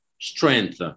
strength